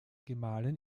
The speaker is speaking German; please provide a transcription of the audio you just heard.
gemahlin